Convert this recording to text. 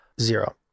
Zero